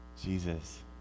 Jesus